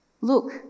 Look